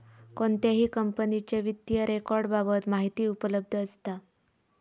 कोणत्याही कंपनीच्या वित्तीय रेकॉर्ड बाबत माहिती उपलब्ध असता